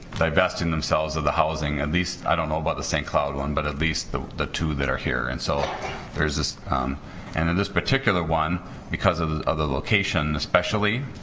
divesting themselves of the housing at least i don't know about the saint cloud one but at least the the two that are here and so there's this and in this particular one because of the of the location especially